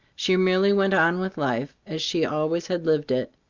she merely went on with life, as she always had lived it,